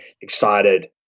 excited